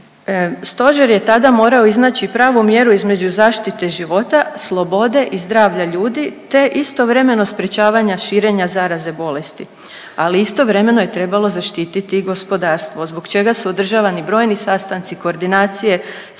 Stožer je tada morao iznaći pravu mjeru između zaštite života, slobode i zdravlja ljudi, te istovremeno sprječavanja širenja zaraze, bolesti. Ali istovremeno je trebalo zaštiti i gospodarstvo zbog čega su održavani brojni sastanci, koordinacije sa